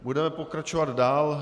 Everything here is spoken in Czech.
Budeme pokračovat dál.